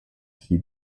see